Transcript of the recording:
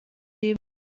dem